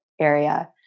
area